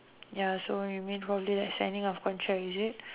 ya so you need whole day signing of contract is it